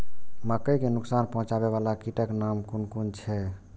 मके के नुकसान पहुँचावे वाला कीटक नाम कुन कुन छै?